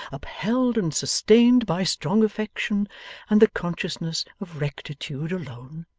upheld and sustained by strong affection and the consciousness of rectitude alone!